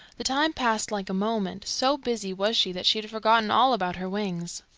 the time passed like a moment. so busy was she that she had forgotten all about her wings.